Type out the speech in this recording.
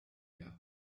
you